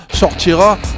Sortira